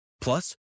Plus